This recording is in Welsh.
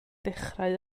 dechrau